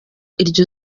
iryo